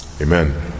Amen